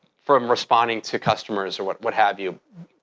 from responding to customers or what what have you.